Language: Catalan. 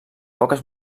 poques